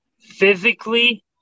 physically